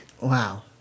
Wow